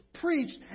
preached